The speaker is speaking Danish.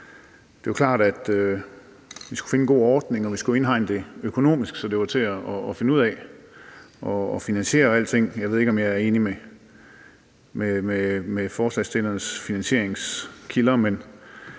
Det er klart, at vi ville skulle finde en god ordning og indhegne det økonomisk, så det var til at finde ud af og finansiere og alting. Jeg ved ikke, om jeg er enig i forslagsstillernes finansieringskilder,